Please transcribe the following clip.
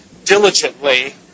diligently